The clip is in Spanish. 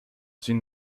sin